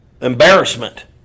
embarrassment